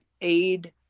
aid